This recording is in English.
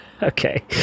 Okay